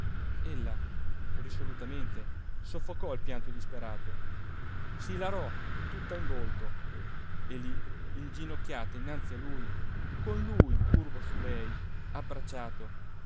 ella risolutamente soffocò il pianto disperato s'ilarò tutta in volto e lì inginocchiata innanzi a lui con lui curvo su lei abbracciato